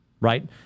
right